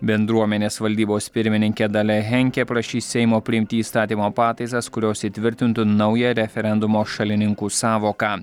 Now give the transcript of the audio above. bendruomenės valdybos pirmininkė dalia henke prašys seimo priimti įstatymo pataisas kurios įtvirtintų naują referendumo šalininkų sąvoką